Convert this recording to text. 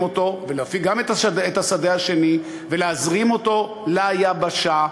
אותו ולהפיק גם מהשדה השני ולהזרים אותו ליבשה,